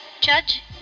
judge